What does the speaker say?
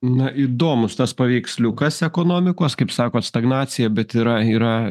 na įdomus tas paveiksliukas ekonomikos kaip sakot stagnacija bet yra yra